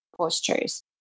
postures